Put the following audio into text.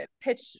pitch